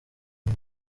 ngo